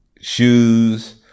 shoes